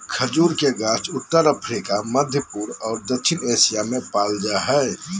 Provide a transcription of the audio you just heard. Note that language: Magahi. खजूर के गाछ उत्तर अफ्रिका, मध्यपूर्व और दक्षिण एशिया में पाल जा हइ